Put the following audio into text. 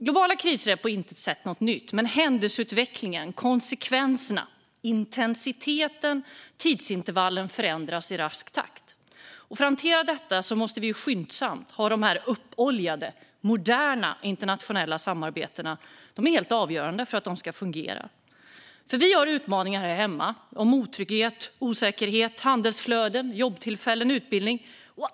Globala kriser är på intet sätt något nytt, men händelseutvecklingen, konsekvenserna, intensiteten och tidsintervallen förändras i rask takt. För att hantera detta måste vi skyndsamt få de uppoljade moderna internationella samarbetena. De är helt avgörande för att det här ska fungera. Vi har utmaningar här hemma som otrygghet, säkerhet, handelsflöden, jobbtillfällen och utbildning.